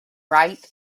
right